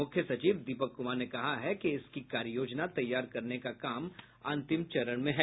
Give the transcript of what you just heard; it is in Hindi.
मुख्य सचिव दीपक कुमार ने कहा है कि इसकी कार्ययोजना तैयार करने का काम अंतिम चरण में है